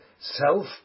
self